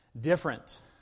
different